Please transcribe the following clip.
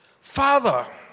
father